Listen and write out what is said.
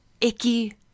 icky